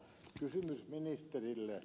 kysymys ministerille